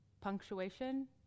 punctuation